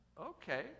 okay